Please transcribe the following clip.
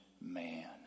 man